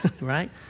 Right